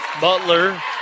Butler